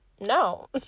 no